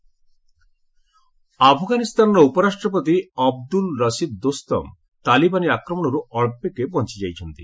Afghan VP attack ଆଫଗାନିସ୍ଥାନର ଉପରାଷ୍ଟ୍ରପତି ଅବଦୁଲ୍ ରସିଦ୍ ଦୋସ୍ତମ ତାଲିବାନୀ ଆକ୍ରମଣରୁ ଅଳ୍ପକେ ବଞ୍ଚଯାଇଛନ୍ତି